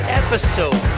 episode